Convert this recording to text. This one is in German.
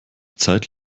zeit